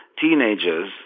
teenagers